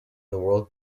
world